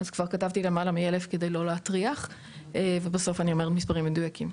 אז כתבתי למעלה מ-1,000 כדי לא להטריח ובסוף אני אגיד מספרים מדויקים,